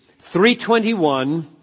321